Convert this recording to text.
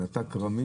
נטעה כרמים.